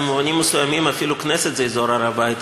במובנים מסוימים אפילו הכנסת זה אזור הר-הבית,